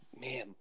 Man